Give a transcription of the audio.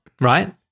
right